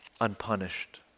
unpunished